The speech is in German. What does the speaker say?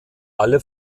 alle